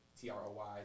T-R-O-Y